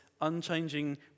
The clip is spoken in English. unchanging